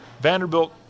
vanderbilt